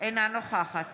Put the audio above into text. אינה נוכחת